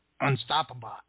Unstoppable